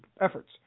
efforts